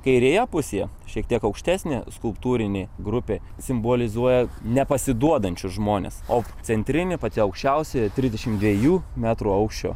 kairėje pusėje šiek tiek aukštesnė skulptūrinė grupė simbolizuoja nepasiduodančius žmones o centrinė pačia aukščiausia trisdešimt dviejų metrų aukščio